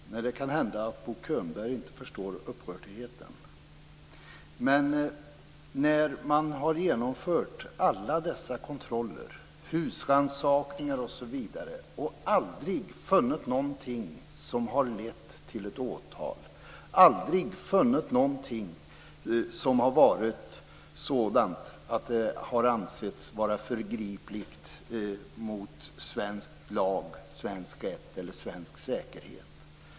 Fru talman! Det kan hända att Bo Könberg inte förstår upprördheten. Men man har genomfört så många kontroller, husrannsakningar m.m. och aldrig funnit någonting som lett till ett åtal, aldrig funnit någonting som ansetts vara förgripligt mot svensk lag, svensk rätt eller svensk säkerhet.